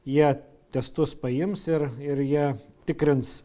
jie testus paims ir ir jie tikrins